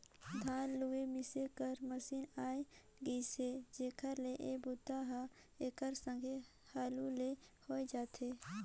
धान लूए मिसे कर मसीन आए गेइसे जेखर ले ए बूता हर एकर संघे हालू ले होए जाथे